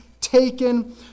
taken